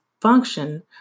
function